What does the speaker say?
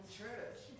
church